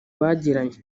bagiranye